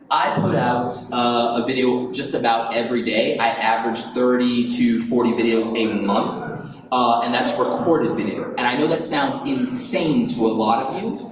i put out a video just about every day. i average thirty to forty videos a month and that's recorded video. and i know that sounds insane to a lot of people,